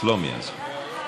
סלומינסקי.